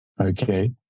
okay